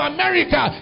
America